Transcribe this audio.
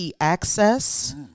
access